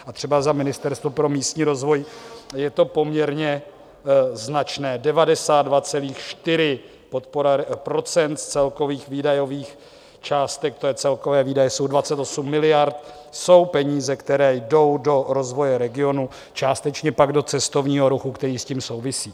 A třeba za Ministerstvo pro místní rozvoj je to poměrně značné 92,4 % z celkových výdajových částek, to je celkové výdaje jsou 28 miliard, jsou peníze, které jdou do rozvoje regionů, částečně pak do cestovního ruchu, který s tím souvisí.